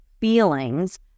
feelings